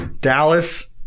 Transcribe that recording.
Dallas